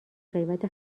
قیمت